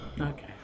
okay